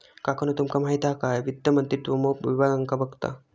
काकानु तुमका माहित हा काय वित्त मंत्रित्व मोप विभागांका बघता